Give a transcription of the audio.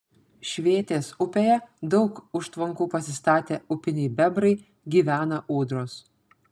švėtės upėje daug užtvankų pasistatę upiniai bebrai gyvena ūdros